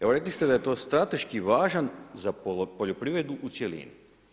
Evo, rekli ste da je to strateški važan za poljoprivredu u cjelini.